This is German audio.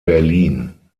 berlin